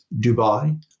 Dubai